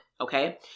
Okay